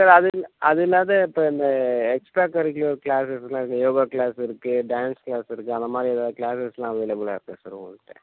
sir அது இல்லாம அது இல்லாம இப்போ இந்த எக்ஸ்ட்ரா கரிக்குலர் கிளாஸஸ்லாம் இருக்குது யோகா க்ளாஸ் இருக்குது டான்ஸ் க்ளாஸ் இருக்குது அந்தமாதிரி ஏதாவது கிளாஸஸ்லாம் அவைலபிளாக இருக்கா சார் உங்கக்கிட்டே